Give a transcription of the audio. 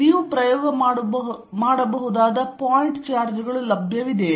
ನೀವು ಪ್ರಯೋಗ ಮಾಡಬಹುದಾದ ಪಾಯಿಂಟ್ ಚಾರ್ಜ್ಗಳು ಲಭ್ಯವಿದೆಯೇ